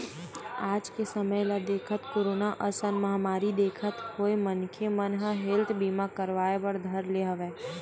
आज के समे ल देखत, कोरोना असन महामारी देखत होय मनखे मन ह हेल्थ बीमा करवाय बर धर ले हवय